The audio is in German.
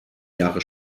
jahre